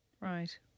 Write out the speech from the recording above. Right